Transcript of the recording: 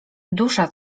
dusza